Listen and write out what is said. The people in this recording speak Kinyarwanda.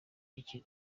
iki